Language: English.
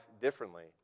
differently